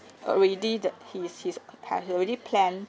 already that he's he's had already plan